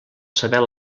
saber